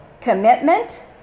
commitment